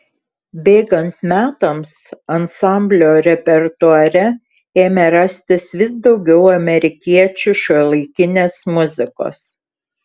bėgant metams ansamblio repertuare ėmė rastis vis daugiau amerikiečių šiuolaikinės muzikos